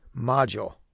module